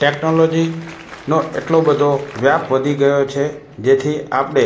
ટૅકનોલોજીનો એટલો બધો વ્યાપ વધી ગયો છે જેથી આપણે